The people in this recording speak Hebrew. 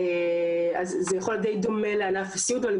אבל מבחינת היידוע כמו שנעמה הזכירה,